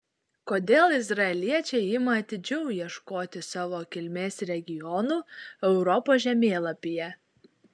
kodėl izraeliečiai ima atidžiau ieškoti savo kilmės regionų europos žemėlapyje